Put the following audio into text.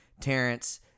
Terrence